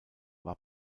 war